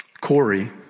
Corey